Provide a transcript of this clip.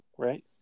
Right